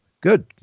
Good